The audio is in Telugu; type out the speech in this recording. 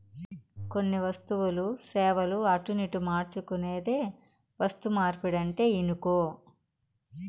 కొన్ని వస్తువులు, సేవలు అటునిటు మార్చుకునేదే వస్తుమార్పిడంటే ఇనుకో